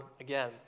again